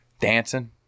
Dancing